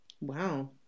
Wow